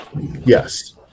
Yes